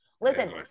Listen